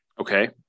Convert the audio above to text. Okay